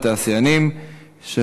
מס' 3703 ו-3726,